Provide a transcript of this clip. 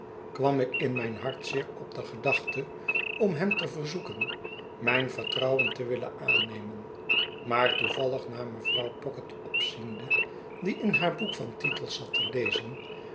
kwam ik in mijn hartzeer op de gedachte om hem te verzoeken mijn vertrouwen te willen aannemen maar toevallig naar mevrouw pocket opziende die in haar boek van titels zat te lezen